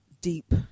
deep